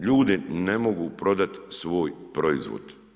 Ljudi ne mogu prodat svoj proizvod.